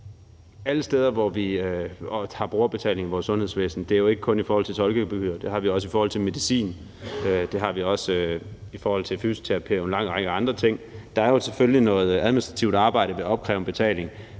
Alle steder, hvor vi har brugerbetaling i vores sundhedsvæsen – det er jo ikke kun i forhold til tolkegebyret; det har vi også i forhold til medicin, fysioterapi og en lang række andre ting – er der jo selvfølgelig noget administrativt arbejde ved at opkræve en betaling.